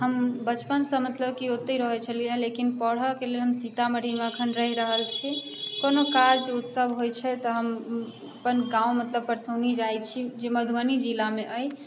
हम बचपनसँ मतलब की ओतै रहै छलियै लेकिन पढ़ऽके लेल हम सीतामढ़ीमे अखन रहि रहल छी कोनो काज उत्सव होइ छै तऽ हम अपन गाँव मतलब परसौनी जाइ छी जे मधुबनी जिलामे अइ